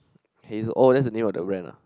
hazel oh that's the name of the brand ah